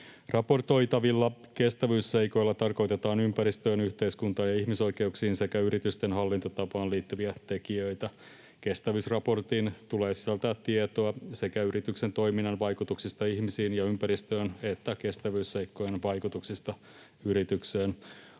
Raportoitavilla kestävyysseikoilla tarkoitetaan ympäristöön, yhteiskuntaan ja ihmisoikeuksiin sekä yritysten hallintotapaan liittyviä tekijöitä. Kestävyysraportin tulee sisältää tietoa sekä yrityksen toiminnan vaikutuksista ihmisiin ja ympäristöön että kestävyysseikkojen vaikutuksista yritykseen.